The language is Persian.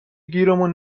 گیرمون